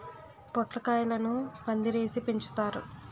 పొట్లకాయలను పందిరేసి పెంచుతారు